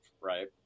right